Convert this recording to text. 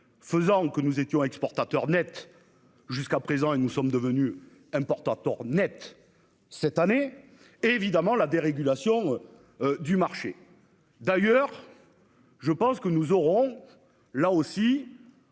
faisant que nous étions exportateur Net jusqu'à présent et nous sommes devenus importateur Net cette année évidemment la dérégulation. Du marché d'ailleurs. Je pense que nous aurons là aussi.--